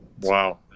Wow